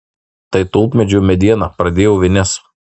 tai tulpmedžio mediena pradėjo vinis